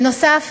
בנוסף,